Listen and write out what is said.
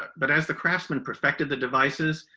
but as the craftsman perfected the devices,